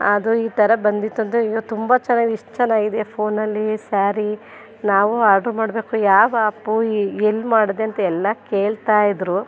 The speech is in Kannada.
ಅದು ಈ ಥರ ಬಂದಿತ್ತು ಅಂತ ಅಯ್ಯೋ ತುಂಬ ಚೆನ್ನಾಗಿದೆ ಇಷ್ಟು ಚೆನ್ನಾಗಿದೆಯಾ ಫೋನಲ್ಲಿ ಸ್ಯಾರಿ ನಾವು ಆರ್ಡ್ರ್ ಮಾಡಬೇಕು ಯಾವ ಆ್ಯಪು ಎಲ್ಲ ಮಾಡಿದೆ ಅಂತ ಎಲ್ಲ ಕೇಳ್ತಾಯಿದ್ರು